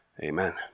amen